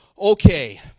Okay